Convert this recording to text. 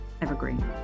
evergreen